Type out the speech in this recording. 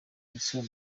rutsiro